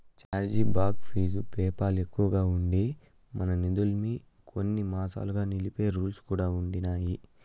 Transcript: charge back fees PayPal ఎక్కువగా ఉండి, మన నిదుల్మి కొన్ని మాసాలుగా నిలిపేసే రూల్స్ కూడా ఉండిన్నాయి